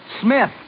Smith